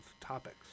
topics